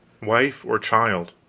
wife, or child?